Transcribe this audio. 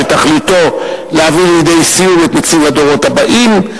שתכליתו להביא לידי סיום את תפקיד נציב הדורות הבאים.